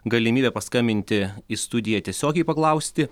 galimybę paskambinti į studiją tiesiogiai paklausti